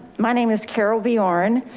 my name is carol bjorn.